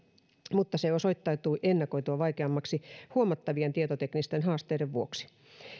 mutta se osoittautui ennakoitua vaikeammaksi huomattavien tietoteknisten haasteiden vuoksi